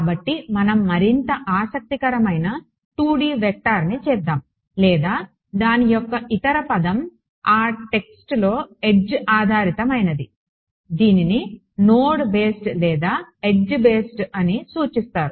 కాబట్టి మనం మరింత ఆసక్తికరమైన 2D వెక్టార్ని చేద్దాం లేదా దాని యొక్క ఇతర పదం ఆ టెక్స్ట్లో ఎడ్జ్ ఆధారితమైనది దీనిని నోడ్ బేస్డ్ మరియు ఎడ్జ్ బేస్డ్ అని సూచిస్తారు